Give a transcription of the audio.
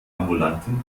ambulanten